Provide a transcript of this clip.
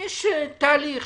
יש תהליך.